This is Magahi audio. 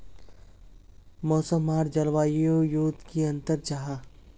मौसम आर जलवायु युत की अंतर जाहा?